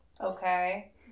Okay